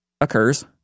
occurs